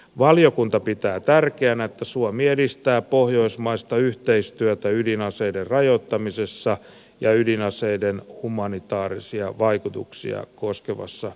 valiokunta pitää tärkeänä että suomi edistää pohjoismaista yhteistyötä ydinaseiden rajoittamisessa ja ydinaseiden humanitaarisia vaikutuksia koskevassa keskustelussa